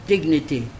Dignity